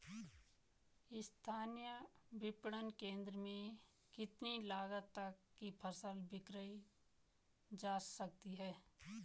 स्थानीय विपणन केंद्र में कितनी लागत तक कि फसल विक्रय जा सकती है?